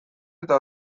eta